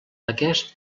aquest